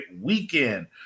weekend